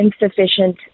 insufficient